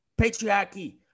patriarchy